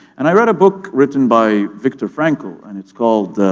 and i read a book written by viktor frankl and it's called,